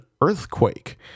earthquake